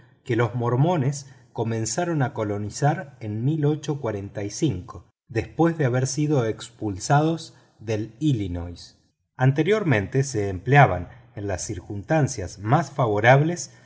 que los mormones comenzaron a colonizar en después de haber sido expulsados de illinois anteriormente se empleaban en las circunstancias más favorables